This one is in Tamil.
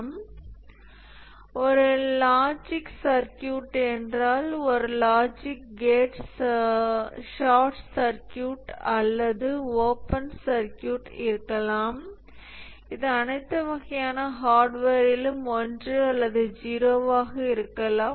இது ஒரு லாஜிக் சர்க்யூட் என்றால் ஒரு லாஜிக் கேட் ஷார்ட் சர்க்யூட் அல்லது ஓபன் சர்க்யூட் இருக்கலாம் இது அனைத்து வகையான ஹார்ட்வேரிலும் 1 அல்லது 0 ஆக இருக்கலாம்